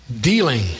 dealing